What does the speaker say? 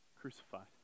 crucified